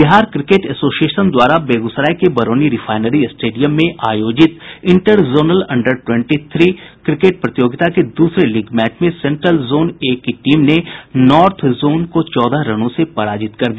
Bihar cricket association द्वारा बेगूसराय के Barauni refinery stadium में आयोजित inter zonal under twenty three cricket प्रतियोगिता के दूसरे लीग मैच में सेंट्रल जोन ए की टीम ने नॉर्थ जोन को चौदह रनों से पराजित कर दिया